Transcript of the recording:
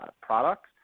products